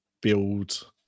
build